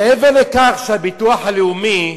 מעבר לכך שהביטוח הלאומי,